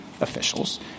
officials